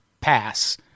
pass